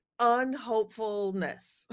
unhopefulness